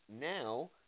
now